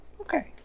Okay